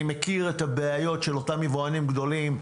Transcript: אני מכיר את הבעיות של אותם יבואנים גדולים,